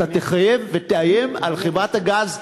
אתה תחייב ותאיים על חברת הגז.